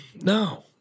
No